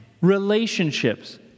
relationships